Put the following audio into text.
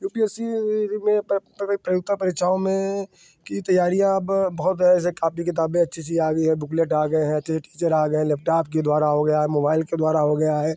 you P S C में प्रतियोगिता परीक्षाओं में की तैयारियाँ अब बहुत हैं ऐसी कॉपी किताबें अच्छी अच्छी सी आ गई हैं बुकलेट आ गई हैं अच्छे टीचर आ गए हैं लैपटॉप के द्वारा हो गया है मोबाइल के द्वारा हो गया है